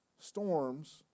Storms